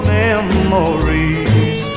memories